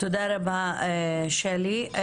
תודה רבה, שלי.